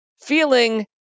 feeling